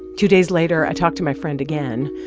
two days later, i talked to my friend again.